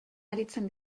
aritzen